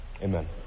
Amen